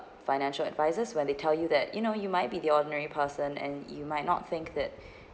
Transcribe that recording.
financial advisors when they tell you that you know you might be the ordinary person and you might not think that